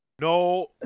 No